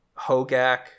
hogak